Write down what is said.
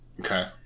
Okay